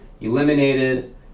eliminated